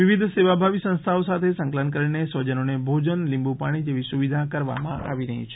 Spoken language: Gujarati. વિવિધ સેવાભાવી સંસ્થાઓ સાથે સંકલન કરી સ્વજનોને ભોજન લીંબુ પાણી જેવી સુવિધા કરવામાં આવી છે